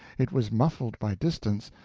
it was muffled by distance,